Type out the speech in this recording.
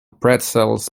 pretzels